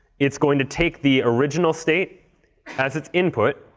it's going to take the original state as its input.